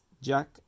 Jack